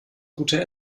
gute